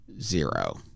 zero